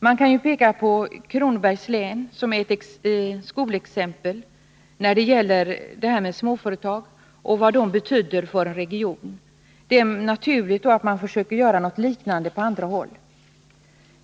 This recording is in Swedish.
Man kan peka på Kronobergs län, som är ett skolexempel när det gäller småföretag och vad sådana betyder för en region. Det är då naturligt att försöka göra något liknande på andra håll.